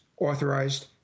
authorized